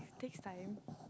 takes time